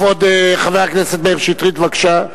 כבוד חבר הכנסת מאיר שטרית, בבקשה.